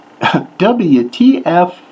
WTF